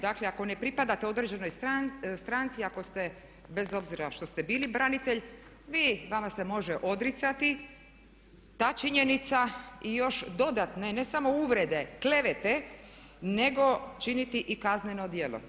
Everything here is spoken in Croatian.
Dakle, ako ne pripadate određenoj stranci, ako ste bez obzira što ste bili branitelj, vi, vama se može odricati ta činjenica i još dodatne ne samo uvrede, klevete nego činiti i kazneno djelo.